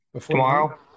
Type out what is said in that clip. Tomorrow